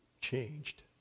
changed